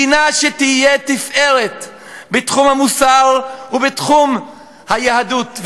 מדינה שתהיה תפארת בתחום המוסר ובתחום היהדות.